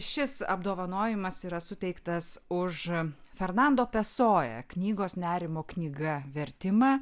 šis apdovanojimas yra suteiktas už fernando pesoja knygos nerimo knyga vertimą